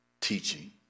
teaching